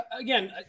again